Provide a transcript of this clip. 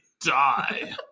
die